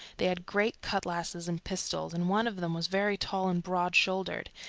they had great cutlasses and pistols, and one of them was very tall and broad shouldered,